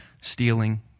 stealing